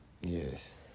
Yes